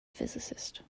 physicist